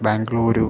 Bengaluru